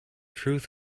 truth